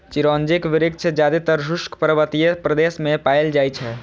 चिरौंजीक वृक्ष जादेतर शुष्क पर्वतीय प्रदेश मे पाएल जाइ छै